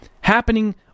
happening